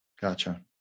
Gotcha